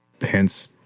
Hence